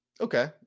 Okay